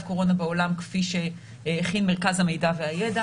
הקורונה בעולם כפי שהכין מרכז המידע והידע.